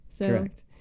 Correct